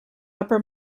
upper